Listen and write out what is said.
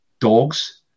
dogs